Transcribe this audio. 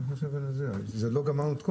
עוד לא גמרנו את הכול.